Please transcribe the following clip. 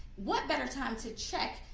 what better time to check?